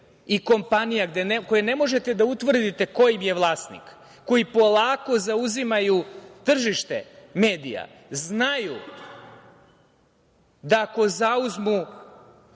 i kompanija koje ne možete da utvrdite ko im je vlasnik, koji polako zauzimaju tržište medija, znaju da ako zauzmu